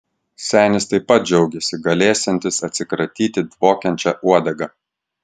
senis taip pat džiaugėsi galėsiantis atsikratyti dvokiančia uodega